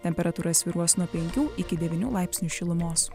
temperatūra svyruos nuo penkių iki devynių laipsnių šilumos